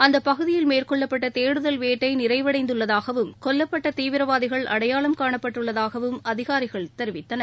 அந்த பகுதியில் மேற்கொள்ளப்பட்ட தேடுதல் வேட்டை நிறைவடைந்துள்ளதாகவும் கொல்லப்பட்ட தீவிரவாதிகள் அடையாளம் காணப்பட்டுள்ளதாகவும் அதிகாரிகள் தெரிவித்தனர்